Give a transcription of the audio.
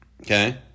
Okay